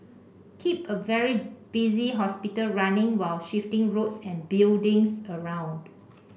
keep a very busy hospital running while shifting roads and buildings around